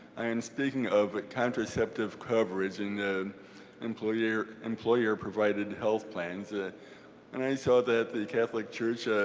i am speaking of contraceptive coverage in the employer employer provided health plans. ah and i saw that the catholic church